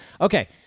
Okay